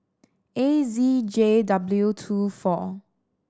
A Z J W two four